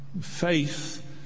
Faith